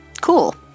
Cool